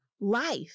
life